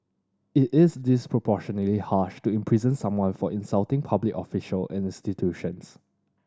it is disproportionately harsh to imprison someone for insulting public official and institutions